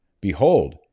behold